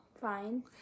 Fine